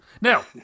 Now